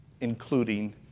including